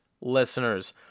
listeners